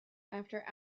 after